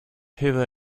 hither